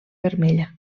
vermella